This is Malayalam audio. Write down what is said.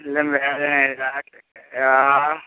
എല്ലാം വേദനയാണ് ആ